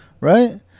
Right